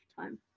time